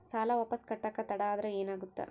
ಸಾಲ ವಾಪಸ್ ಕಟ್ಟಕ ತಡ ಆದ್ರ ಏನಾಗುತ್ತ?